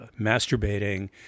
masturbating